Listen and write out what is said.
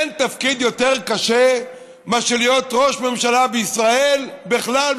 אין תפקיד יותר קשה מאשר להיות ראש ממשלה בישראל בכלל,